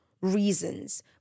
reasons